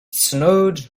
snowed